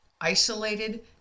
isolated